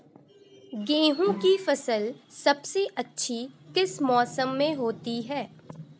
गेंहू की फसल सबसे अच्छी किस मौसम में होती है?